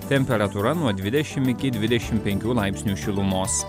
temperatūra nuo dvidešim iki dvidešim penkių laipsnių šilumos